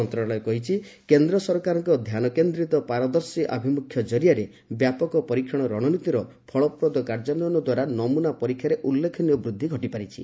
ମନ୍ତଶାଳୟ କହିଛି କେନ୍ଦ୍ର ସରକାରଙ୍କ ଧ୍ୟାନକେନ୍ଦ୍ରିତ ପାରଦର୍ଶୀ ଆଭିମ୍ରଖ୍ୟ ଜରିଆରେ ବ୍ୟାପକ ପରୀକ୍ଷଣ ରଣନୀତିର ଫଳପ୍ରଦ କାର୍ଯ୍ୟାନ୍ୱୟନଦ୍ୱାରା ନମ୍ରନା ପରୀକ୍ଷାରେ ଉଲ୍ଲେଖନୀୟ ବୃଦ୍ଧି ଘଟିପାରିଛି